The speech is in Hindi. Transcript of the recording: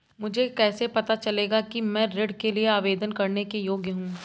मुझे कैसे पता चलेगा कि मैं ऋण के लिए आवेदन करने के योग्य हूँ?